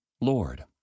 Lord